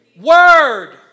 word